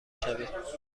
شوید